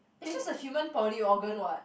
is just a human body organ what